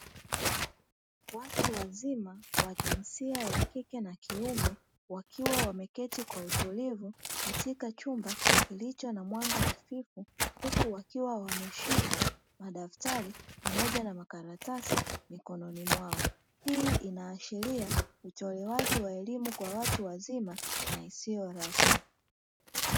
Watu wazima wa jinsia ya kike na kiume, wakiwa wameketi kwa utulivu katika chumba kilicho na mwanga hafifu, huku wakiwa wameshika madaftari pamoja na makaratasi mikononi mwao. Hii inaashiria utolewaji wa elimu kwa watu wazima na isiyo rasmi.